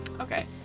okay